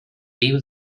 viu